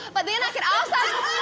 but then i could ah